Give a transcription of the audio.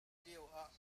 lioah